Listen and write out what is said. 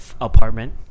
apartment